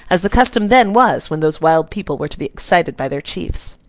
as the custom then was when those wild people were to be excited by their chiefs.